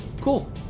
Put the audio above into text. Cool